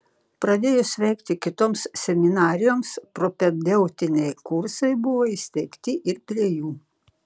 pradėjus veikti kitoms seminarijoms propedeutiniai kursai buvo įsteigti ir prie jų